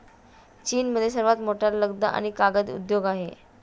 चीनमध्ये सर्वात मोठा लगदा आणि कागद उद्योग आहे